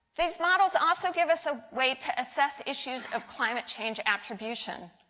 these models also give us a way to assess issues of climate change attribution.